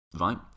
right